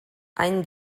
any